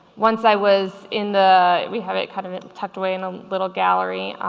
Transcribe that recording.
once i was in the we have it kind of it tucked away in a little gallery,